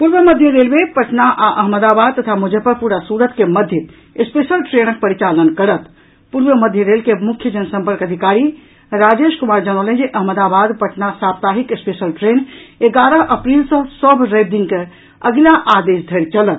पूर्व मध्य रेलवे पटना आ अहमदाबाद तथा मुजफ्फरपुर आ सूरत के मध्य स्पेशल ट्रेनक परिचालन करत पूर्व मध्य रेल के मुख्य जनसम्पर्क अधिकारी राजेश कुमार जनौलनि जे अहमदाबाद पटना साप्ताहिक स्पेशल ट्रेन एगारह अप्रील सॅ सभ रवि दिन के अगिला आदेश धरि चलत